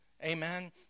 Amen